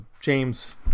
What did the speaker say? James